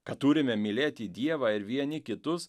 kad turime mylėti dievą ir vieni kitus